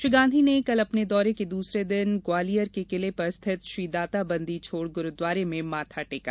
श्री गांधी ने कल अपने दौरे के दूसरे दिन ग्वालियर के किले पर स्थित श्री दाता बंदी छोड़ गुरुद्वारे में माथा टेका